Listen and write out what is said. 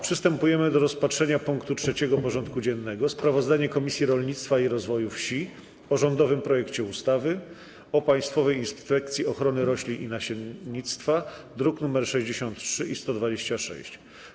Przystępujemy do rozpatrzenia punktu 3. porządku dziennego: Sprawozdanie Komisji Rolnictwa i Rozwoju Wsi o rządowym projekcie ustawy o Państwowej Inspekcji Ochrony Roślin i Nasiennictwa (druki nr 63 i 126)